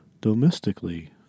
Domestically